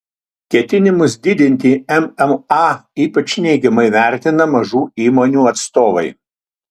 ketinimus didinti mma ypač neigiamai vertina mažų įmonių atstovai